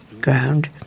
Ground